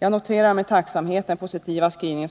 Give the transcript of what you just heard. Jag noterar med tacksamhet försvarsutskottets positiva skrivning med